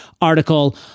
article